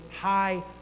high